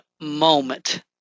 moment